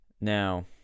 Now